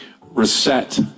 reset